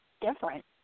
different